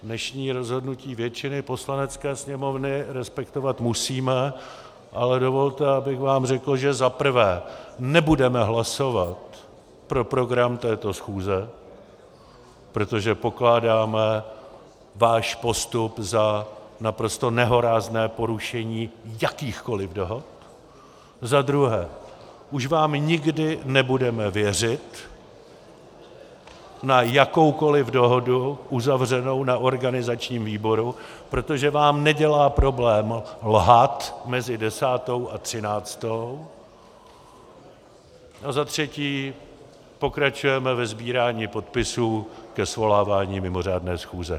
Dnešní rozhodnutí většiny Poslanecké sněmovny respektovat musíme, ale dovolte, abych vám řekl, že za prvé nebudeme hlasovat pro program této schůze, protože pokládáme váš postup za naprosto nehorázné porušení jakýchkoliv dohod, za druhé vám už nikdy nebudeme věřit na jakoukoliv dohodu uzavřenou na organizačním výboru, protože vám nedělá problém lhát mezi desátou a třináctou, a za třetí pokračujeme ve sbírání podpisů ke svolávání mimořádné schůze.